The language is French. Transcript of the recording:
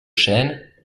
chênes